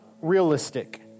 realistic